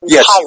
Yes